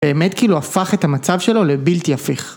באמת כאילו הפך את המצב שלו לבלתי הפיך.